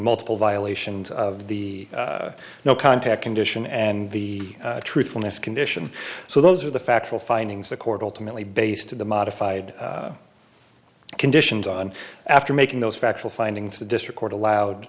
multiple violations of the no contact condition and the truthfulness condition so those are the factual findings the court ultimately based to the modified conditions on after making those factual findings the district court allowed